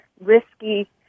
risky